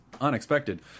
unexpected